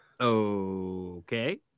Okay